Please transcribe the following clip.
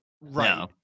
right